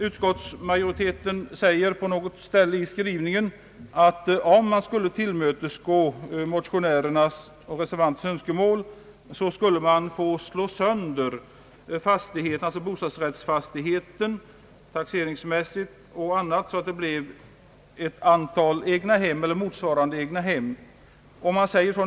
Utskottsmajoriteten säger i sin skrivning att om man skulle tillmötesgå motionärernas och reservanternas önskemål, skulle man slå sönder bostadsrättsfastigheten taxeringsmässigt och på annat sätt, så att det blev ett antal enheter motsvarande egnahem.